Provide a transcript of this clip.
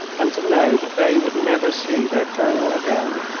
and to know that they would never see their colonel again!